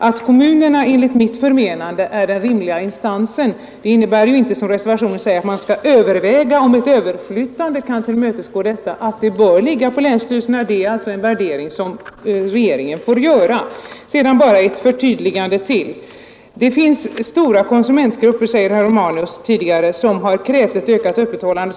Att kommunerna enligt mitt förmenande är den rimliga instansen i detta sammanhang innebär ju inte, som det framhålles i reservationen, att man skall överväga om ett överflyttande kan tillmötesgå detta krav. Om dispensrätten bör ligga hos länsstyrelserna är alltså en värdering som regeringen får göra. Därefter bara ytterligare ett förtydligande. Herr Romanus säger att det finns stora konsumentgrupper som tidigare krävt ett ökat öppethållande.